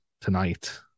tonight